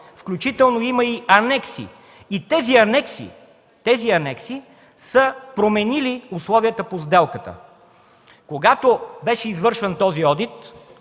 включително има и анекси. Тези анекси са променили условията по сделката. Когато беше извършван този одит,